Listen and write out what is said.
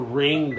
ring